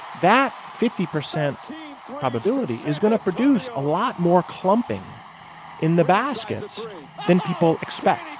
that fifty percent probability is going to produce a lot more clumping in the baskets than people expect.